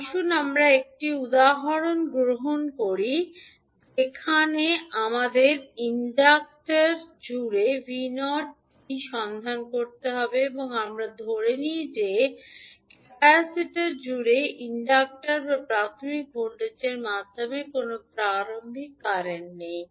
আসুন আমরা একটি উদাহরণ গ্রহণ করি যেখানে আমাদের ইন্ডাক্টর জুড়ে 𝑣𝑜 𝑡 সন্ধান করতে হবে এবং আমরা ধরে নিই যে ক্যাপাসিটর জুড়ে ইন্ডাক্টর বা প্রাথমিক ভোল্টেজের মাধ্যমে কোনও প্রারম্ভিক কারেন্ট নেই